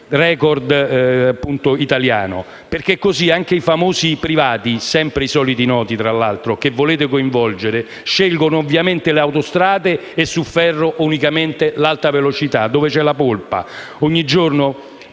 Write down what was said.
d'Italia. Perché così anche i famosi privati (sempre i soliti noti) che volete coinvolgere scelgono ovviamente le autostrade e su ferro unicamente l'Alta Velocità (la polpa). Ogni giorno